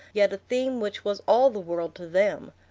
yet a theme which was all the world to them.